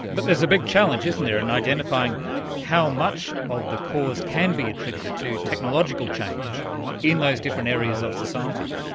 but there's a big challenge, isn't there, in identifying how much of the cause can be attributed to technological change in those different areas of society.